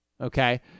okay